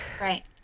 Right